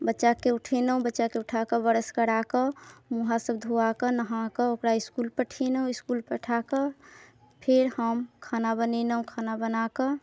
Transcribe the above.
बच्चाके उठेलहुँ बच्चाके उठाकऽ ब्रश कराकऽ मुँह हाथ सब धुआकऽ नहाकऽ ओकरा इसकुल पठेलहुँ इसकुल पठाकऽ फेर हम खाना बनेलहुँ खाना बनाकऽ